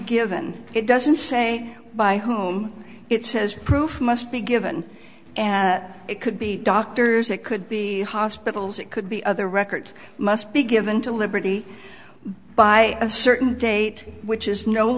given it doesn't say by home it says proof must be given and it could be doctors it could be hospitals it could be other records must be given to liberty by a certain date which is no